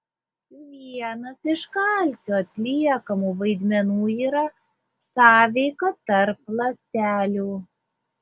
vienas iš kalcio atliekamų vaidmenų yra sąveika tarp ląstelių